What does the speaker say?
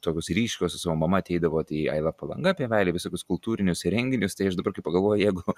tokios ryškios su savo mama ateidavot į aiva palanga pievelę visokius kultūrinius renginius tai aš dabar kai pagalvoju jeigu